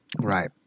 Right